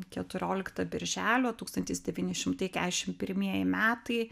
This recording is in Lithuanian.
keturiolikta birželio tūkstantis devyni šimtai keturiasdešimt pirmieji metai